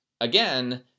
again